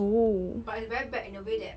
but it's very bad in a way that